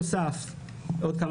אמרת עד חמש